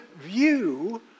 view